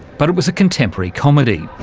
but it was a contemporary comedy.